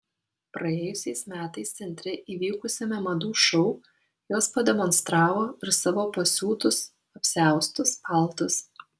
praėjusiais metais centre įvykusiame madų šou jos pademonstravo ir savo pasiūtus apsiaustus paltus